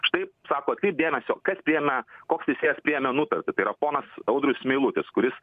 štai sako atkreipk dėmesio kad priėmė koks teisėjas priėmė nutartį tai yra ponas audrius meilutis kuris